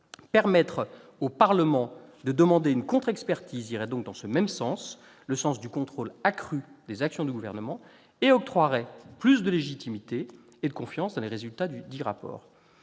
Permettre au Parlement de demander une contre-expertise irait dans le même sens, celui du contrôle accru des actions du Gouvernement, et octroierait plus de légitimité aux résultats dudit rapport,